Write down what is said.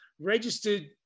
registered